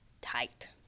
tight